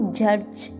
judge